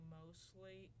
mostly